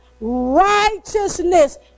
Righteousness